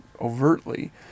overtly